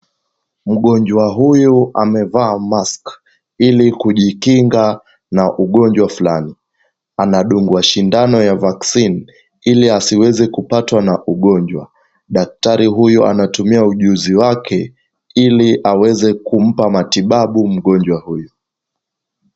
Mgonjwa huyu amevaa mask , ili kujikinga na ugonjwa fulani. Anadungwa sindano ya vaccine , ili asiweze kupatwa na ugonjwa. Daktari huyu anatumia ujuzi wake, ili aweze kumpa matibabu mgonjwa huyu.